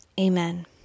Amen